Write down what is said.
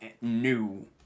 new